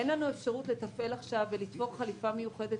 אין לנו אפשרות לתפעל עכשיו ולתפור חליפה מיוחדת